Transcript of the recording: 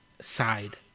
side